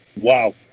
wow